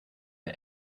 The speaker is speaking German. der